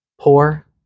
poor